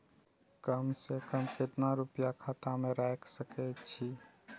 कम से कम केतना रूपया खाता में राइख सके छी?